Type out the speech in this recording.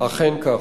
אכן כך.